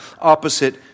opposite